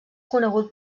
conegut